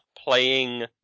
playing